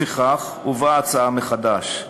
לפיכך הובאה ההצעה מחדש.